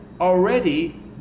already